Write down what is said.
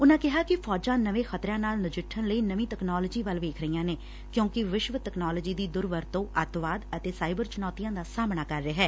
ਉਨੂਾ ਕਿਹਾ ਕਿ ਫੌਜਾ ਨਵੇ ਖਤਰਿਆਂ ਨਾਲ ਨਜਿੱਠਣ ਲਈ ਨਵੀ ਤਕਨਾਲੋਜੀ ਵੱਲ ਵੇਖ ਰਹੀਆਂ ਨੇ ਕਿਉਂਕਿ ਵਿਸ਼ਵ ਤਕਨਾਲੋਜੀ ਦੀ ਦੁਰਵਰਤੋਂ ਅੱਤਵਾਦ ਅਤੇ ਸਾਈਬਰ ਚੁਣੌਤੀਆਂ ਦਾ ਸਾਹਮਣਾ ਕਰ ਰਿਹੈ